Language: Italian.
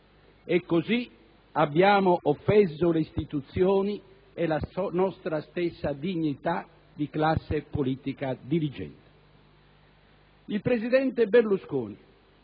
E così abbiamo offeso le istituzioni e la nostra stessa dignità di classe politica dirigente. Il presidente Berlusconi